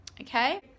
okay